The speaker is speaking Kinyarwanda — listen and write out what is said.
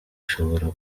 ishobora